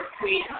tweet